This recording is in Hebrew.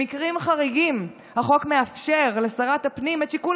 במקרים חריגים החוק מאפשר לשרת הפנים את שיקול